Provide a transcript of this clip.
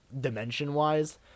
dimension-wise